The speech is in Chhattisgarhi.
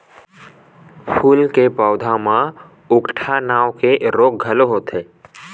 फूल के पउधा म उकठा नांव के रोग घलो होथे